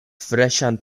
freŝan